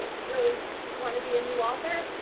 you want to be a new author,